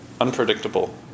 Unpredictable